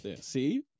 see